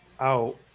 out